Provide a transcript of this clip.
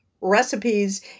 recipes